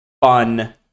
fun